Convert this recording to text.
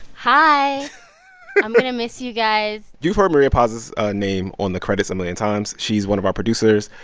hi i'm going to miss you guys you've heard maria paz's name on the credits a million times. she's one of our producers.